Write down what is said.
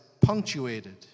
punctuated